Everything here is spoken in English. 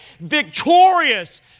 victorious